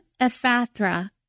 Ephathra